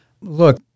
Look